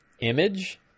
image